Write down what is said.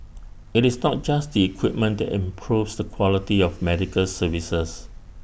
IT is not just the equipment that improves the quality of medical services